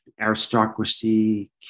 aristocracy